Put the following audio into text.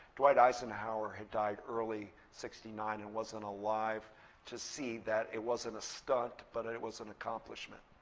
dwight eisenhower had died early sixty nine and wasn't alive to see that it wasn't a stunt but it it was an accomplishment.